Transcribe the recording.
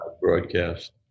broadcast